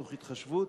תוך התחשבות